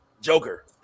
joker